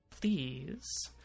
Please